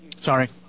Sorry